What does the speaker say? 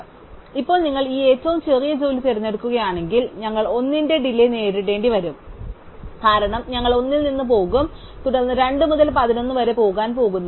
അതിനാൽ ഇപ്പോൾ നിങ്ങൾ ഈ ഏറ്റവും ചെറിയ ജോലി തിരഞ്ഞെടുക്കുകയാണെങ്കിൽ ഞങ്ങൾ 1 ന്റെ ഡിലൈയ് നേരിടേണ്ടിവരും കാരണം ഞങ്ങൾ 1 ൽ നിന്ന് പോകും തുടർന്ന് 2 മുതൽ 11 വരെ പോകാൻ പോകുന്നു